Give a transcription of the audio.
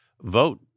Vote